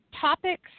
topics